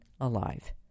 alive